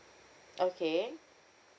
okay